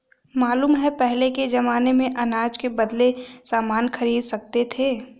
मालूम है पहले के जमाने में अनाज के बदले सामान खरीद सकते थे